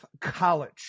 College